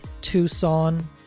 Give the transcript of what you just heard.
Tucson